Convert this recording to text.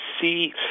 see